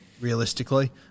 realistically